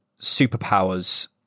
superpowers